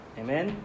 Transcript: amen